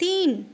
तीन